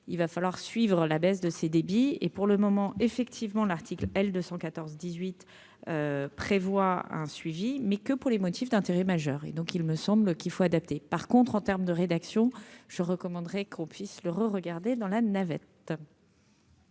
il va falloir suivre la baisse de ses débits et pour le moment effectivement l'article L 214 18 prévoit un suivi mais que pour les motifs d'intérêt majeur et donc, il me semble qu'il faut adapter, par contre, en terme de rédaction je recommanderais qu'on puisse le regarder dans la navette.